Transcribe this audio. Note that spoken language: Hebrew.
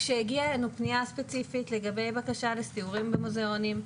כשהגיעה אלינו פנייה ספציפית לגבי בקשה לסיורים במוזיאונים,